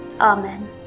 Amen